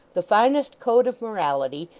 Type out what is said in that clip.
the finest code of morality,